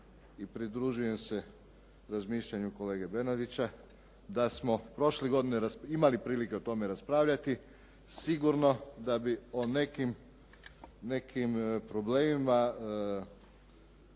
i pridružujem se razmišljanju kolege Bernardića da smo prošle godine imali prilike o tome raspravljati sigurno da bi o nekim problemima